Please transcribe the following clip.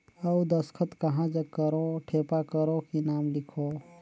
अउ दस्खत कहा जग करो ठेपा करो कि नाम लिखो?